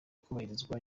kubahirizwa